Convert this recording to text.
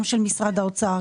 גם של משרד האוצר,